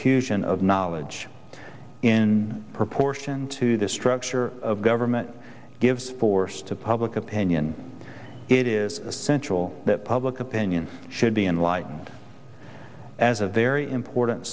fusion of knowledge in proportion to the structure of government gives force to public opinion it is essential that public opinion should be enlightened as a very important